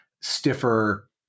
stiffer